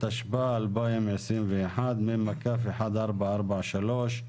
התשפ"א-2021, מ/1443.